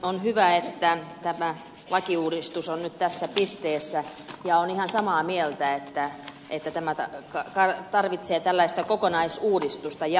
on hyvä että tämä lakiuudistus on nyt tässä pisteessä ja olen ihan samaa mieltä että tämä tarvitsee tällaista kokonaisuudistusta jatkon suhteen